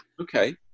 okay